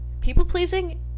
people-pleasing